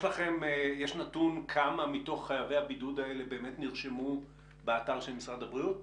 יש נתון כמה מתוך חייבי הבידוד האלה באמת נרשמו באתר של משרד הבריאות?